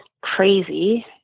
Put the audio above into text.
crazy